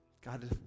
God